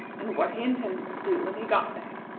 and what he intended to do when he got there.